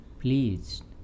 pleased